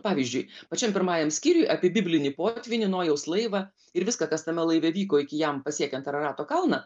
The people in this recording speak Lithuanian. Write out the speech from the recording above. pavyzdžiui pačiam pirmajam skyriui apie biblinį potvynį nojaus laivą ir viską kas tame laive vyko iki jam pasiekiant ararato kalną